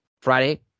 Friday